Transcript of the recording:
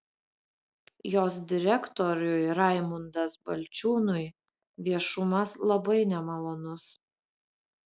jos direktoriui raimundas balčiūnui viešumas labai nemalonus